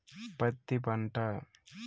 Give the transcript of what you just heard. పత్తి పంట